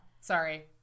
Sorry